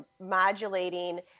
modulating